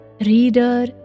reader